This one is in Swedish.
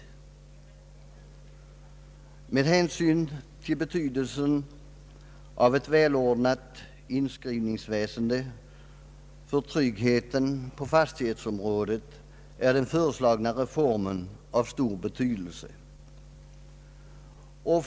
Med hänsyn till betydelsen av ett välordnat inskrivningsväsende för tryggheten på fastighetsområdet är den föreslagna reformen av stor vikt.